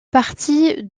partie